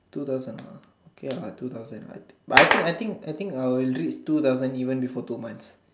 two thousand ah okay ah two thousand ah I but I think I think I will reach two thousand even before two months